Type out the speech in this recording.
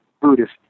Buddhist